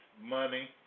money